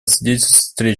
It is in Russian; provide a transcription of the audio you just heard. свидетельствует